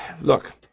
Look